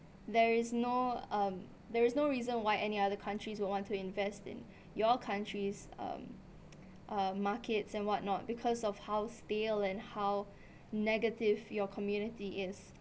there is no um there is no reason why any other countries will want to invest in your countries um markets and whatnot because of how stale and how negative your community is